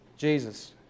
Jesus